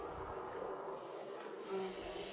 uh